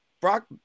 Brock